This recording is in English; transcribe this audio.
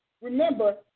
remember